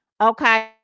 okay